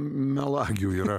melagių yra